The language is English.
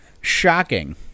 shocking